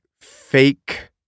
fake